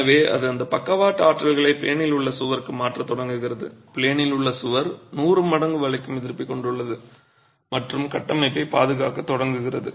எனவே அது அந்த பக்கவாட்டு ஆற்றல்களை ப்ளேனில் உள்ள சுவருக்கு மாற்றத் தொடங்குகிறது ப்ளேனில் உள்ள சுவர் 100 மடங்கு வளைக்கும் எதிர்ப்பைக் கொண்டுள்ளது மற்றும் கட்டமைப்பைப் பாதுகாக்கத் தொடங்குகிறது